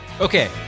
Okay